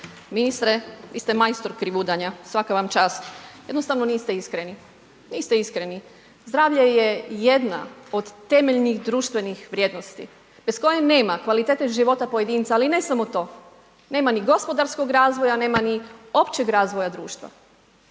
Ministre, vi ste majstor krivudanja, svaka vam čast. Jednostavno niste iskreni, niste iskreni. Zdravlje je jedna od temeljnih društvenih vrijednosti bez koje nema kvalitete života pojedinca, ali ne samo to, nema ni gospodarskog razvoja, nema ni općeg razvoja društva.